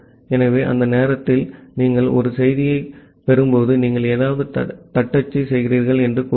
ஆகவே அந்த நேரத்தில் நீங்கள் ஒரு செய்தியைப் பெறும்போது நீங்கள் ஏதாவது தட்டச்சு செய்கிறீர்கள் என்று கூறுங்கள்